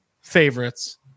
favorites